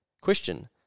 Question